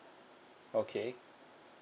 okay